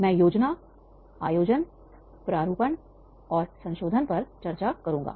मैं योजना आयोजन प्रारूपण और संशोधन पर चर्चा करूंगा